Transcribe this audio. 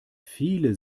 viele